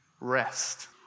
rest